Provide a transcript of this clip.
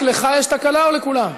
רק לך יש תקלה, או לכולם?